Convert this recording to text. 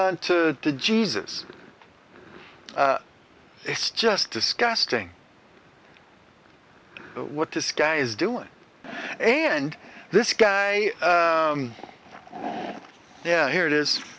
on to the jesus it's just disgusting what this guy's doing and this guy yeah here it is